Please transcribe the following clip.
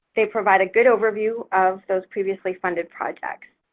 they provide a good overview of those previously funded projects.